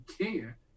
care